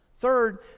Third